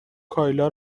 کایلا